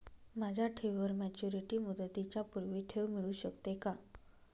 माझ्या ठेवीवर मॅच्युरिटी मुदतीच्या पूर्वी ठेव मिळू शकते का?